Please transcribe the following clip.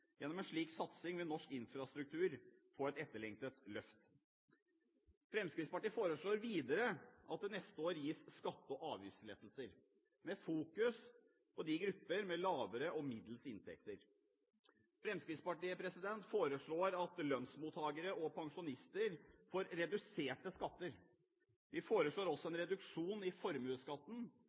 Gjennom en slik satsing vil norsk infrastruktur få et etterlengtet løft. Fremskrittspartiet foreslår videre at det neste år gis skatte- og avgiftslettelser med fokus på grupper med lavere og middels inntekter. Fremskrittspartiet foreslår at lønnsmottakere og pensjonister får reduserte skatter. Vi foreslår også en reduksjon i formuesskatten